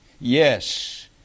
Yes